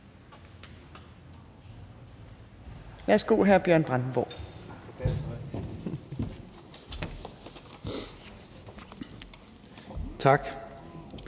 værsgo til hr. Bjørn Brandenborg. Kl.